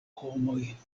homoj